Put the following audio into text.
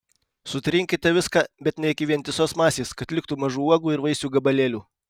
sutrinkite viską bet ne iki vientisos masės kad liktų mažų uogų ir vaisių gabalėlių